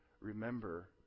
remember